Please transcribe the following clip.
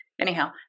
anyhow